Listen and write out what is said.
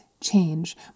change